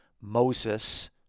Moses